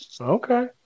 Okay